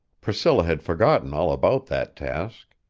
priscilla had forgotten all about that task.